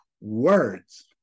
Words